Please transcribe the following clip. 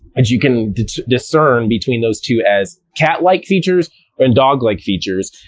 and you can discern between those two as cat-like features and dog-like features.